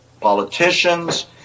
politicians